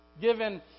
given